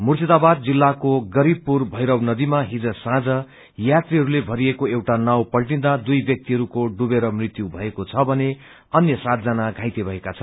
मुश्रिदाबाद जिल्लाको गरीबपुर भैरव नदीमा हिज साँझ यात्रिहरूले भरिएको एउटा नाउँ पल्टिदा दुई ब्यक्तिहरूको डुबेर रं मृत्यु भएको छ भने अन्य सात जना घाइते भएका छन्